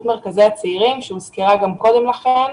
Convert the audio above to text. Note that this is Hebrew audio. מרכזי הצעירים שהוזכרה גם קודם לכן.